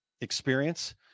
experience